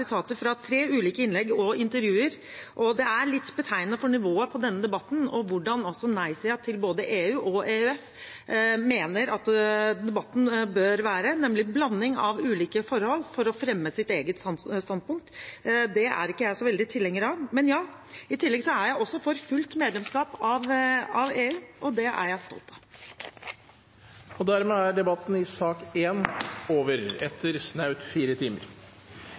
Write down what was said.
fra tre ulike innlegg og intervjuer, og det er litt betegnende for nivået på denne debatten og hvordan nei-siden til både EU og EØS mener debatten bør være, nemlig en blanding av ulike forhold for å fremme eget standpunkt. Det er ikke jeg så veldig tilhenger av, men: Ja, i tillegg er jeg også for fullt medlemskap i EU, og det er jeg stolt av. Dermed er debatten i sak nr. 1 over – etter snaut fire timer.